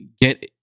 get